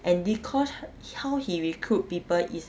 and dee kosh how he recruit people is